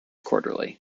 quarterly